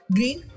Green